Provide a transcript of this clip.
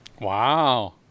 wow